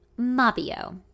Mabio